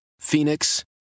Phoenix